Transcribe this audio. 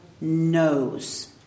knows